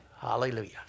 Hallelujah